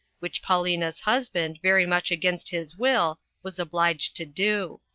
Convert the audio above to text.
which paulina's husband, very much against his will, was obliged to do.